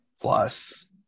plus